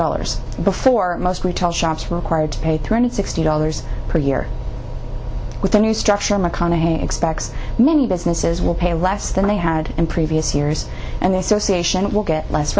dollars before most retail shops required to pay three hundred sixty dollars per year with the new structure mcconaughey expects many businesses will pay less than they had in previous years and they say she will get less